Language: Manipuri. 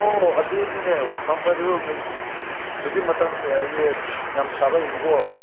ꯑꯣ ꯑꯗꯨꯅꯤꯅꯦ ꯍꯧꯖꯤꯛ ꯃꯇꯝꯁꯦ ꯑꯩꯁꯦ ꯌꯥꯝ ꯁꯥꯕꯒꯤꯀꯣ